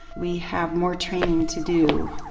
we have more training to do.